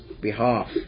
behalf